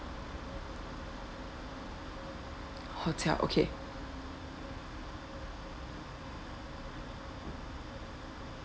hotel okay